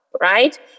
right